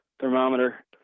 thermometer